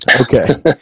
Okay